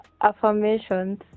Affirmations